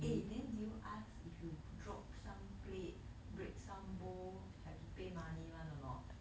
eh then did you ask if you drop some plate break some bowl have to pay money [one] or not